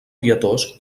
pietós